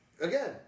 again